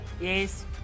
Yes